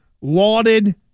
lauded